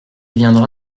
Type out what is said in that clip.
viendra